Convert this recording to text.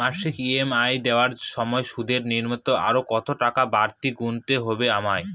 মাসিক ই.এম.আই দেওয়ার সময়ে সুদের নিমিত্ত আরো কতটাকা বাড়তি গুণতে হবে আমায়?